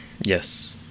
Yes